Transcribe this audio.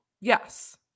Yes